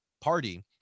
party